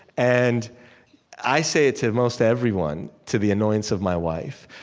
and i say it to most everyone to the annoyance of my wife